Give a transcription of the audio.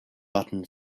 button